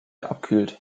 abkühlt